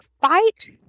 fight